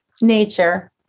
Nature